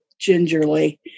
gingerly